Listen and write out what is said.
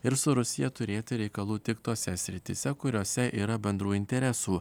ir su rusija turėti reikalų tik tose srityse kuriose yra bendrų interesų